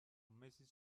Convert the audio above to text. mrs